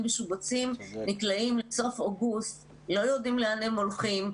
משובצים נקלעים לסוף אוגוסט ולא יודעים לאן הם הולכים.